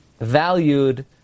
valued